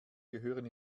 gehören